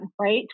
right